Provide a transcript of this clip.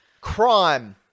Crime